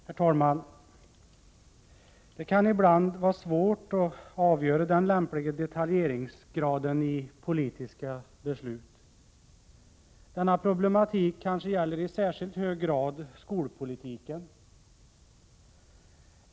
Herr talman! Det kan ibland vara svårt att avgöra den lämpliga detaljeringsgraden i politiska beslut. Denna problematik kanske i särskilt hög grad gäller skolpolitiken.